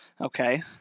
okay